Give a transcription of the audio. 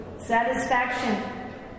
Satisfaction